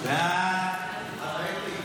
תשעה בעד,